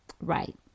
right